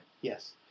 Yes